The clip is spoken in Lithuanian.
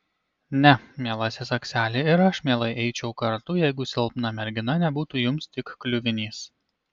ne mielasis akseli ir aš mielai eičiau kartu jeigu silpna mergina nebūtų jums tik kliuvinys